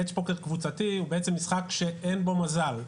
מץ' פוקר קבוצתי הוא משחק שאין בו מזל.